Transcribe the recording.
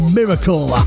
miracle